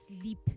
sleep